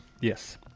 Yes